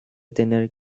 tener